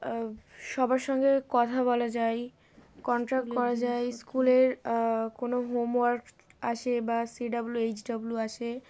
সবার সঙ্গে কথা বলা যায় কন্ট্যাক্ট করা যায় স্কুলের কোনো হোমওয়ার্ক আসে বা সিডাব্লু এইচডাব্লু আসে